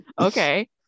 okay